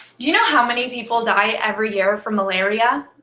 you know how many people die every year from malaria?